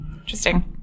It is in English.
Interesting